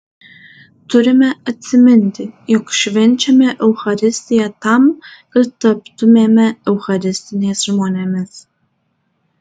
turime atsiminti jog švenčiame eucharistiją tam kad taptumėme eucharistiniais žmonėmis